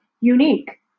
unique